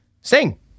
Sing